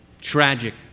tragic